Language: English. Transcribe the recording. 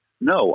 No